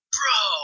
Bro